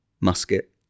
musket